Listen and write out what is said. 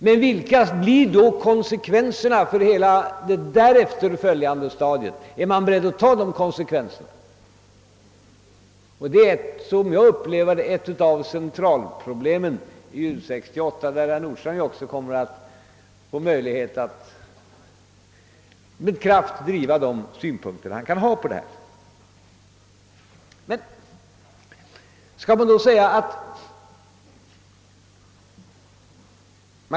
Men vilka blir då konsekvenserna för hela det därefter följande stadiet? Och är man beredd att ta dessa konsekvenser? Det är som jag upplever det ett av centralproblemen i U 68, där ju också herr Nordstrandh kommer att få möjlighet att med kraft driva de synpunkter han kan ha i detta sammanhang.